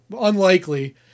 Unlikely